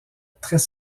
très